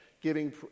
giving